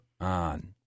on